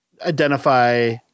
identify